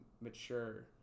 mature